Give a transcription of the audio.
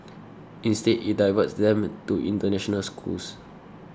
instead it diverts them to international schools